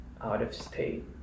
out-of-state